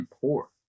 poor